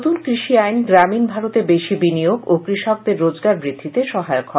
নতুন কৃষি আইন গ্রামীণ ভারতে বেশি বিনিয়োগ ও কৃষকদের রোজগার বৃদ্ধিতে সহায়ক হবে